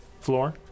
floor